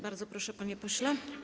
Bardzo proszę, panie pośle.